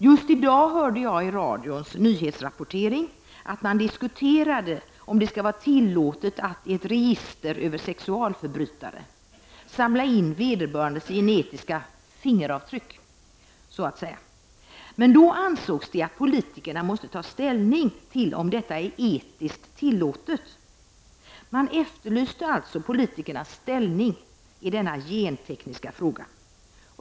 Just i dag hörde jag i radions nyhetsrapporter att man diskuterade om det skall vara tillåtet att i ett register över sexualförbrytare samla in vederbörandes så att säga genetiska ”fingeravtryck”. Då ansågs att politikerna måste ta ställning till om detta är etiskt tillåtet. Man efterlyste alltså politikernas ställningstagande i denna gentekniska fråga.